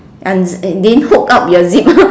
didn't hook up your zip